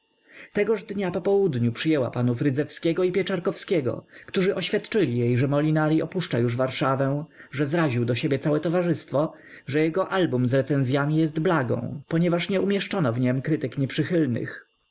tegoż dnia popołudniu przyjęła panów rydzewskiego i pieczarkowskiego którzy oświadczyli jej że molinari opuszcza już warszawę że zraził do siebie całe towarzystwo że jego album z recenzyami jest blagą ponieważ nie umieszczono w niem krytyk nieprzychylnych